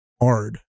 hard